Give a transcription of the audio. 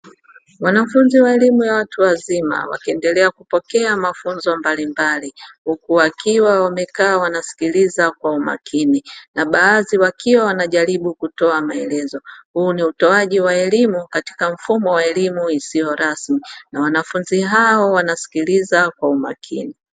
Wanafunzi wa elimu ya watu wazima wakiendelea kupokea mafunzo mbalimbali huku wakiwa wamekaa wakiwa wanasikiliza kwa makini na baadhi wakiwa wanatoa wanajaribu kutoa maelekezo, huu ni utoaji wa elimu katika mfumo wa elimu isiyo rasmi na wanafunzi hao wanasikiliza kwa makini.